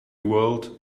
world